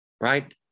right